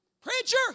Preacher